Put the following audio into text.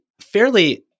fairly